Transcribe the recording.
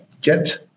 get